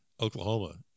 Oklahoma